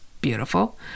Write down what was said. beautiful